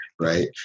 right